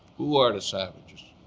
who are the savages?